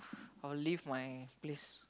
I'll leave my place